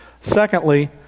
Secondly